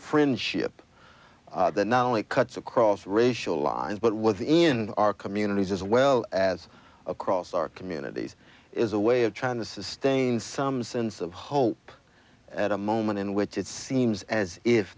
friendship that not only cuts across racial lines but with the in our communities as well as across our communities is a way of trying to sustain some sense of hope at a moment in which it seems as if